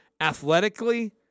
athletically